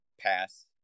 Pass